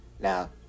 Now